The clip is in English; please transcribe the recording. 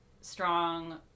strong